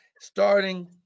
starting